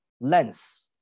lens